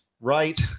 right